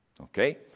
Okay